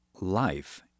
Life